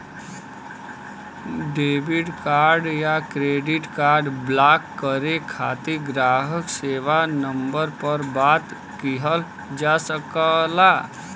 debit card या credit card block करे खातिर ग्राहक सेवा नंबर पर बात किहल जा सकला